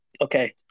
Okay